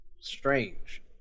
strange